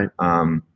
Right